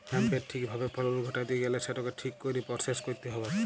হ্যাঁম্পের ঠিক ভাবে ফলল ঘটাত্যে গ্যালে সেটকে ঠিক কইরে পরসেস কইরতে হ্যবেক